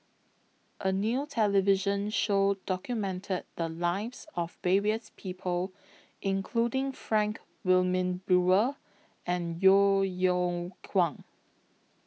A New television Show documented The Lives of various People including Frank Wilmin Brewer and Yeo Yeow Kwang